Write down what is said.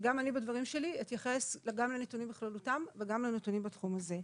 גם אני בדברים שלי אתייחס גם לנתונים בכללותם וגם לנתונים בתחום הזה.